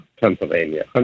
Pennsylvania